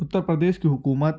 اُتّر پردیس کے حکومت